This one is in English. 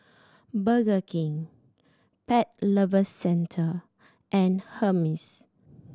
Burger King Pet Lovers Centre and Hermes